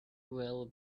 will